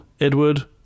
Edward